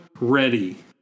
ready